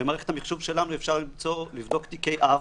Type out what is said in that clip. במערכת המחשוב שלנו אפשר לבדוק תיקי אב